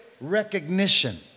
recognition